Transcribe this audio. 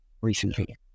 recently